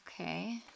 Okay